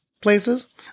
places